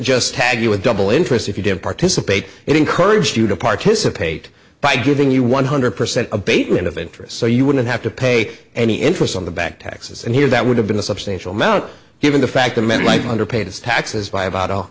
just tag you with double interest if you didn't participate it encouraged you to participate by giving you one hundred percent abatement of interest so you wouldn't have to pay any interest on the back taxes and here that would have been a substantial amount given the fact that men like underpaid his taxes by about